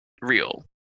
real